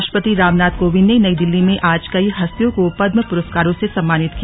राष्ट्रपति रामनाथ कोविंद ने नई दिल्ली में आज कई हस्तियों को पद्म पुरस्कारों से सम्मानित किया